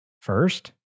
first